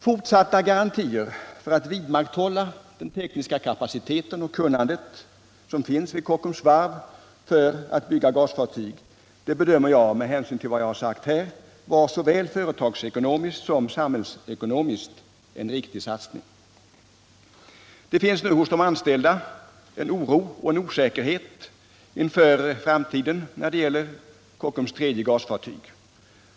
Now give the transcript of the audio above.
Fortsatta garantier för att vidmakthålla den tekniska kapacitet och det kunnande som finns vid Kockums varv för byggande av gasfartyg bedömer jag med hänsyn till vad jag här har redovisat vara såväl företagsekonomiskt som samhällsekonomiskt en riktig satsning. Nu finns hos de anställda en oro och en osäkerhet för framtiden när det gäller Kockums tredje gasfartyg.